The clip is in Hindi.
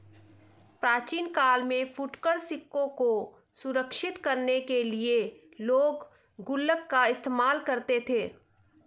प्राचीन काल में फुटकर सिक्कों को सुरक्षित करने के लिए लोग गुल्लक का इस्तेमाल करते थे